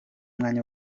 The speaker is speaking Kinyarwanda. umwanya